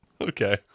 Okay